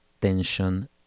Tension